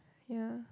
yeah